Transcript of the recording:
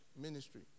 ministry